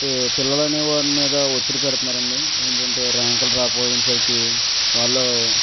పిల్లలనే వారి మీద ఒత్తిడి పెడుతున్నారండి ఏంటంటే ర్యాంకులు రాకపోయేసరికి వాళ్ళు